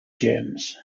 gems